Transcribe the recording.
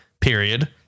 Period